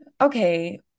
Okay